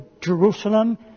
Jerusalem